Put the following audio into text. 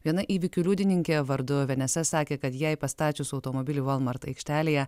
viena įvykių liudininkė vardu venesa sakė kad jai pastačius automobilį walmart aikštelėje